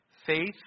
Faith